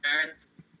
parents